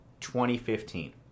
2015